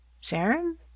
Sharon